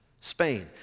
Spain